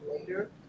later